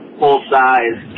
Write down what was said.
full-size